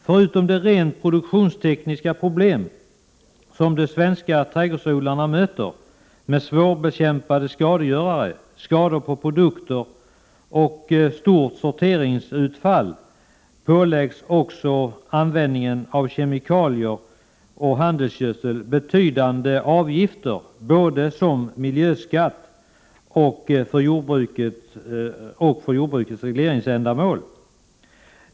Förutom de rent produktionstekniska problem som de svenska trädgårdsodlarna möter med svårbekämpade skadegörare, skador på produkter och stort sorteringsutfall påläggs också användningen av kemikalier och handelsgödsel betydande avgifter både som miljöskatt och för jordbrukets regleringsändamål.